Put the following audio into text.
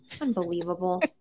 Unbelievable